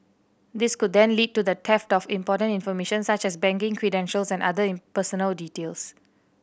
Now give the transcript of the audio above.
this could then lead to the theft of important information such as banking credentials and other in personal details